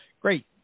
Great